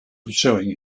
pursuing